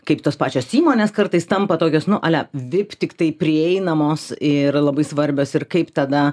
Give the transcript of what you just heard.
kaip tos pačios įmonės kartais tampa tokios nu ale vip tiktai prieinamos ir labai svarbios ir kaip tada